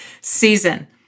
season